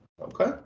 Okay